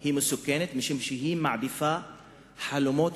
היא מסוכנת משום שהיא מעדיפה חלומות